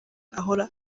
ahora